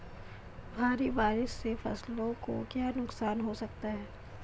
भारी बारिश से फसलों को क्या नुकसान हो सकता है?